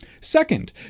Second